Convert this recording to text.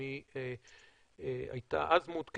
אני לא יודע אם היא הייתה אז מעודכנת,